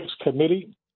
committee